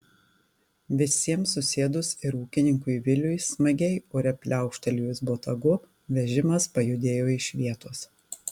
visiems susėdus ir ūkininkui viliui smagiai ore pliaukštelėjus botagu vežimas pajudėjo iš vietos